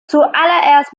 zuallererst